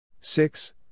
six